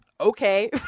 okay